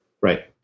right